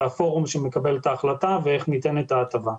הפורום שמקבל את ההחלטה ואיך ניתנת ההטבה.